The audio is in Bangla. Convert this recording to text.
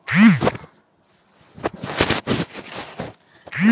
কালো মাটি কি চাষের ক্ষেত্রে উপযুক্ত?